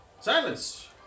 Silence